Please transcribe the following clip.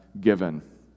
given